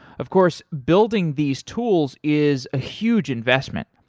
of course, building these tools is a huge investment.